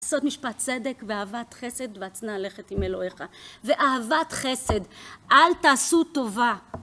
לעשות משפט צדק, ואהבת חסד, והצנע ללכת עם אלוהיך, ואהבת חסד, אל תעשו טובה!